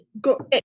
go